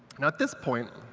now at this point,